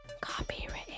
copyright